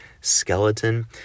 skeleton